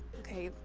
okay,